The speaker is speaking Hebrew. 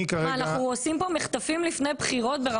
אנחנו עושים כאן מחטפים לפני בחירות?